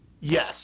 Yes